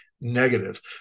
negative